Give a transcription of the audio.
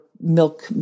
milk